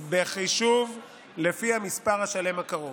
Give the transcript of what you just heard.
בחישוב לפי המספר השלם הקרוב.